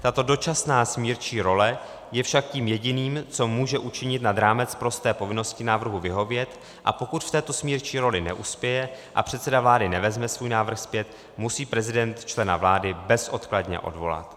Tato dočasná smírčí role je však tím jediným, co může učinit nad rámec prosté povinnosti návrhu vyhovět, a pokud v této smírčí roli neuspěje a předseda vlády nevezme svůj návrh zpět, musí prezident člena vlády bezodkladně odvolat.